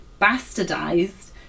bastardized